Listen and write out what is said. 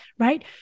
right